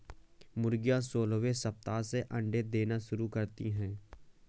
मुर्गियां सोलहवें सप्ताह से अंडे देना शुरू करती है